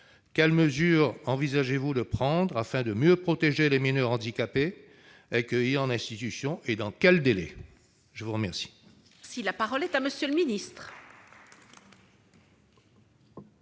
quelles mesures envisagez-vous de prendre afin de mieux protéger les mineurs handicapés accueillis en institutions et dans quel délai ? La parole